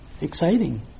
exciting